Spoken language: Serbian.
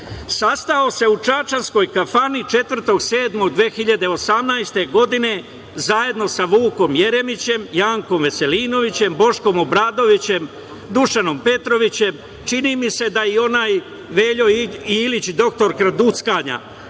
sastao se u čačanskoj kafani, 4. jula 2018. godine, zajedno sa Vukom Jeremićem, Jankom Veselinovićem, Boškom Obradovićem, Dušanom Petrovićem, čini mi se da je i onaj Veljo Ilić, doktor kraduckanja,